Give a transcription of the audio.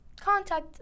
contact